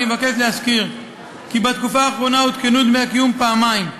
אני מבקש להזכיר כי בתקופה האחרונה עודכנו דמי הקיום פעמיים: